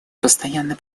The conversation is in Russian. постоянно